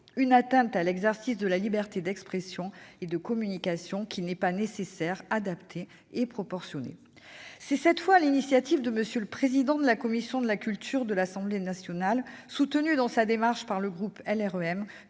une atteinte à l'exercice de la liberté d'expression et de communication qui n'est pas nécessaire, adaptée et proportionnée ». C'est cette fois sur l'initiative de M. le président de la commission des affaires culturelles et de l'éducation de l'Assemblée nationale, soutenu dans sa démarche par le groupe LaREM,